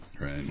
Right